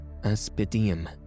Aspidium